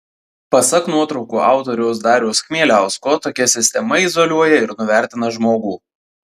pasak nuotraukų autoriaus dariaus chmieliausko tokia sistema izoliuoja ir nuvertina žmogų